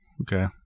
Okay